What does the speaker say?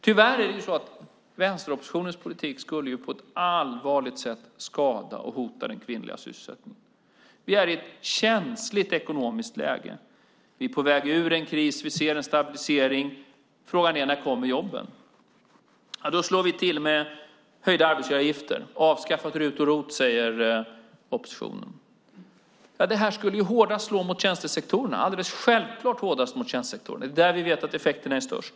Tyvärr skulle vänsteroppositionens politik på ett allvarligt sätt skada den kvinnliga sysselsättningen. Vi är i ett känsligt ekonomiskt läge. Vi är på väg ur en kris, och vi ser en stabilisering. Frågan är: När kommer jobben? Då slår man till med höjda arbetsgivaravgifter. Avskaffa RUT och ROT, säger oppositionen. Det skulle alldeles självklart slå hårdast mot tjänstesektorerna där vi vet att effekterna är störst.